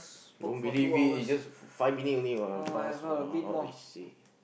don't believe it it's just five minute only what fast what I say